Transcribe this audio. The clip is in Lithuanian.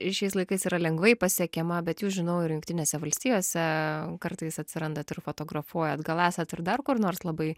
šiais laikais yra lengvai pasiekiama bet jūs žinau ir jungtinėse valstijose kartais atsirandat ir fotografuojat gal esat ir dar kur nors labai